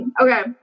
Okay